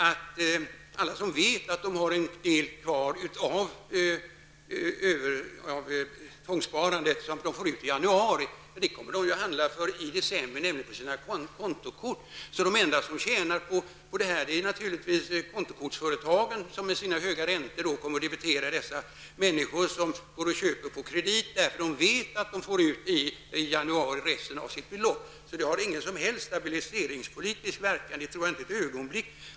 Alla som vet att de har en del kvar av tvångssparandet som de får ut i januari, kommer att handla för detta belopp i december, nämligen på sina kontokort. De enda som tjänar på detta är naturligtvis kontokortsföretagen som med sina höga räntor kommer att debitera dessa människor som köper på kredit, eftersom de vet att de får ut resten av sitt belopp i januari. Detta har ingen stabiliseringspolitisk verkan. Det tror jag inte ett ögonblick.